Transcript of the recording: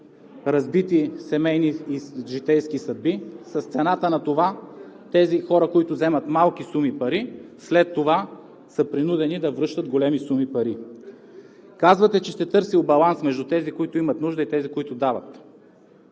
разбити семейни и житейски съдби, с цената на това тези хора, които вземат малки суми пари, след това са принудени да връщат големи суми пари?1 Казвате, че сте търсил баланс между тези, които имат нужда, и тези, които дават.